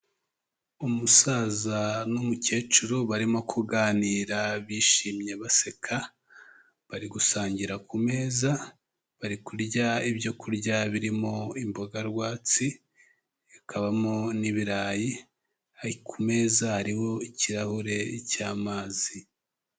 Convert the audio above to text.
Umusaza n'umukecuru barimo kuganira bishimye baseka, bari gusangira ku meza, bari kurya ibyo kurya birimo imboga rwatsi, bikabamo n'ibirayi. Ku meza hariho ikirahure cy'amazi.